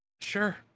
sure